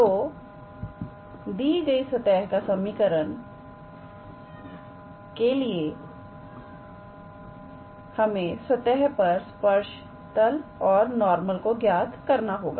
तो दी गई सतह का समीकरण के लिए हमें सतह पर स्पर्श तल और नॉर्मल को ज्ञात करना होगा